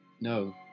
No